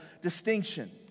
distinction